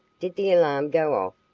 did the alarm go off?